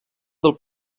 del